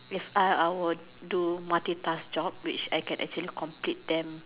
if I I will do multi task job which I actually can complete them